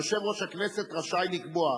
יושב ראש הכנסת רשאי לקבוע,